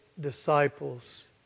disciples